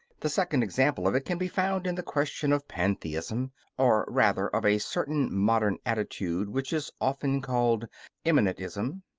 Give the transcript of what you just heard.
the second example of it can be found in the question of pantheism or rather of a certain modern attitude which is often called immanentism,